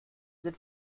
sind